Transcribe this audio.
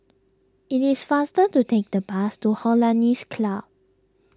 it is faster to take the bus to Hollandse Club